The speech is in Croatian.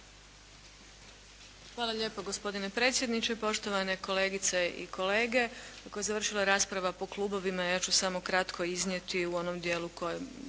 Hvala lijepo gospodine predsjedniče. Poštovane kolegice i kolege, kako je završila rasprava po klubovima ja ću samo kratko iznijeti u onom dijelu u kojem